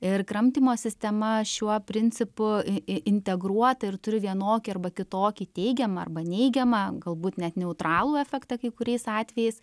ir kramtymo sistema šiuo principu i i integruota ir turi vienokį arba kitokį teigiamą arba neigiamą galbūt net neutralų efektą kai kuriais atvejais